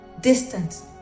Distance